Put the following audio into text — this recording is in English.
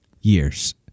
years